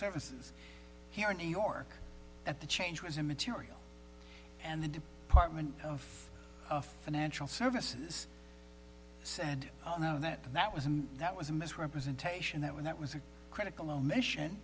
services here in new york at the change was immaterial and the department of a financial services said no that that was and that was a misrepresentation that when that was a critical omission